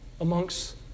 amongst